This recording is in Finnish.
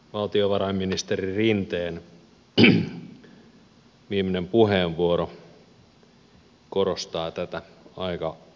valtiovarainministeri rinteen viimeinen puheenvuoro korostaa tätä aika osuvasti